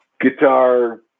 guitar